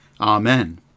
Amen